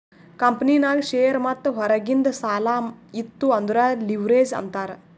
ಕಂಪನಿನಾಗ್ ಶೇರ್ ಮತ್ತ ಹೊರಗಿಂದ್ ಸಾಲಾ ಇತ್ತು ಅಂದುರ್ ಲಿವ್ರೇಜ್ ಅಂತಾರ್